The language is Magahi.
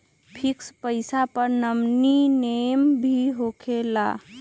फिक्स पईसा पर नॉमिनी नेम भी होकेला?